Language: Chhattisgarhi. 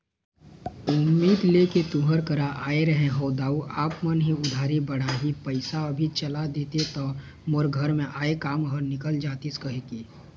उम्मीद लेके तुँहर करा आय रहें हँव दाऊ आप मन ह उधारी बाड़ही पइसा अभी चला देतेव त मोर घर म आय काम ह निकल जतिस कहिके